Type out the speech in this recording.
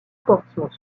portsmouth